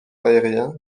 aérien